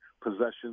possessions